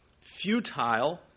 futile